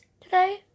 today